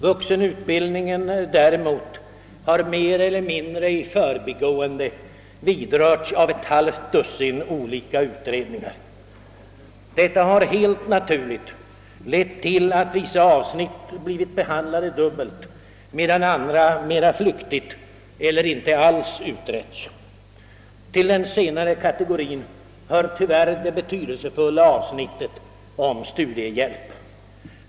Vuxenutbildningen däremot har mer eller mindre i förbigående berörts av ett halvt dussin olika utredningar. Detta har helt naturligt lett till att vissa avsnitt blivit behandlade dubbelt, medan andra mera flyktigt eller inte alls utretts. Till den senare kategorien hör tyvärr det betydelsefulla avsnittet om studiehjälp.